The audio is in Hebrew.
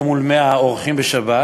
או מול 100 אורחים בשבת,